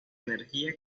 energía